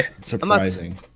Surprising